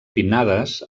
pinnades